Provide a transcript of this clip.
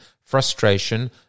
frustration